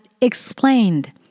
explained